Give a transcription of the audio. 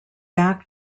back